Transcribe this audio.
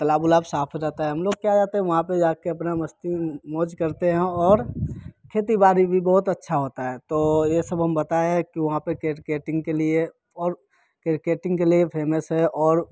तालाब उलाब साफ़ हो जाता है हम लोग जाते हैं क्या वहाँ पे जाके अपना मस्ती मौज करते हैं और खेती बाड़ी भी बहुत अच्छा होता है तो ये सब हम बताए कि वहाँ पे किरकेटिंग के लिए और किरकेटिंग के लिए फ़ेमस है और